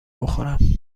بخورم